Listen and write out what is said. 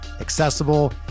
accessible